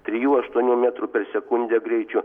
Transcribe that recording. trijų aštuonių metrų per sekundę greičiu